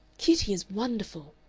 kitty is wonderful,